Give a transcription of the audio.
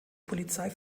polizei